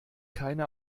keine